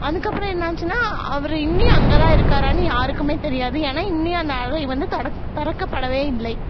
அதுக்கப்புறம் என்னச்சின்னா அவர் இன்னும் அங்கே தான் இருக்காறான்னு யாருக்குமே தெரியாது ஏன்னால் இன்னும் அந்த அறை வந்து தொடக் திறக்கப்படவே இல்லை